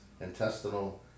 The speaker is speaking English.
intestinal